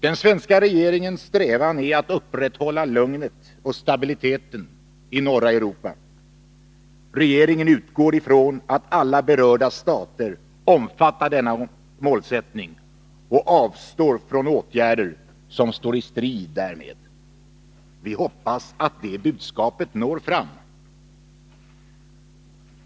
Den svenska regeringens strävan är att upprätthålla lugnet och stabiliteten i norra Europa. Regeringen utgår ifrån att alla berörda stater omfattar denna målsättning och avstår från åtgärder som står i strid därmed. Vi hoppas att det budskapet når fram.